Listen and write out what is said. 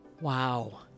Wow